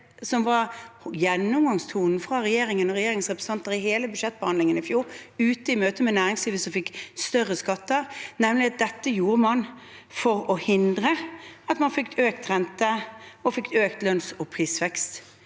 som var gjennomgangstonen fra regjeringen og regjeringens representanter i hele budsjettbehandlingen i fjor – ute i møte med næringslivet, som fikk høyere skatter – nemlig at man gjorde dette for å hindre at man fikk økt rente og økt lønns- og prisvekst.